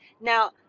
Now